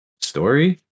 story